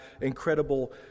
incredible